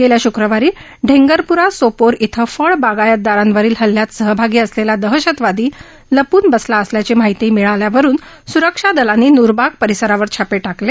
गेल्या शुक्रवारी ढेंगरपूरा सोपोर इथं फळ बागायतदारांवरील हल्ल्यात सहभागी असलेला दहशतवादी लपून बसला असल्याची माहिती मिळाल्यावरुन सुरक्षा दलांनी नुरबाग परिसरावर छापे टाकले